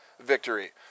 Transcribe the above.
victory